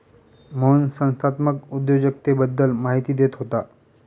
मोहन संस्थात्मक उद्योजकतेबद्दल माहिती देत होता